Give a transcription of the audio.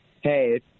hey